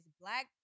Black